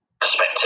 perspective